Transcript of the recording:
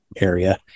area